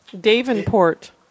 Davenport